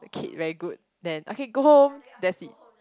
kid very good then okay go home that it